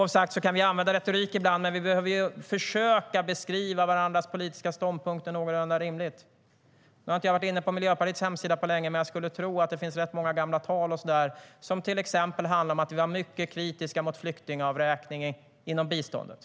Visst kan vi använda retorik ibland, men vi bör försöka beskriva varandras politiska ståndpunkter någorlunda rimligt. Jag har inte varit inne på Miljöpartiets hemsida på länge, men jag skulle tro att det finns rätt många gamla tal och sådant där som till exempel handlar om att ni var mycket kritiska till flyktingavräkningen inom biståndet.